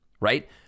Right